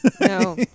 no